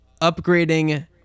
upgrading